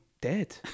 dead